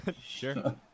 Sure